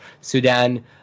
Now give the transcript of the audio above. Sudan